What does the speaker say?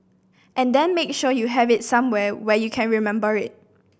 and then make sure you have it somewhere where you can remember it